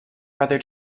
brother